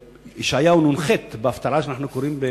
בישעיהו נ"ח, בהפטרה שאנחנו קוראים בסוכות,